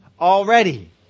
already